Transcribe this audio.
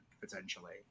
potentially